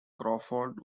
crawford